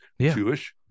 Jewish